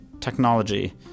technology